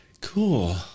Cool